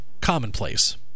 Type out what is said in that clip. commonplace